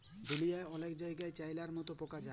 দুঁলিয়ার অলেক জায়গাই চাইলার মতল পকা খায়